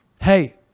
hey